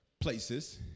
places